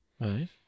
Right